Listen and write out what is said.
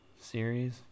series